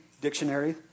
dictionary